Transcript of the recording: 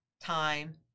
time